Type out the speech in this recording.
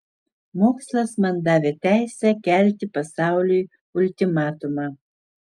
mokslas man davė teisę kelti pasauliui ultimatumą